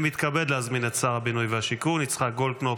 אני מתכבד להזמין את שר הבינוי והשיכון יצחק גולדקנופ